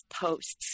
posts